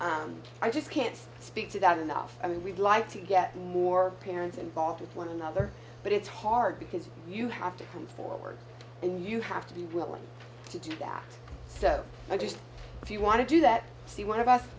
so i just can't speak to that enough i mean we'd like to get more parents involved with one another but it's hard because you have to come forward and you have to be willing to do that so i just if you want to do that see one of us